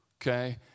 okay